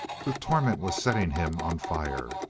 the torment was setting him on fire.